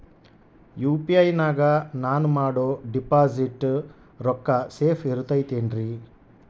UPI ನಾಗ ನಾನು ಮಾಡೋ ಡಿಪಾಸಿಟ್ ರೊಕ್ಕ ಸೇಫ್ ಇರುತೈತೇನ್ರಿ?